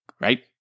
Right